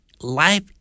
life